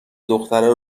دخترا